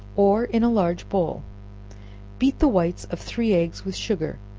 or in a large bowl beat the whites of three eggs with sugar,